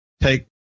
Take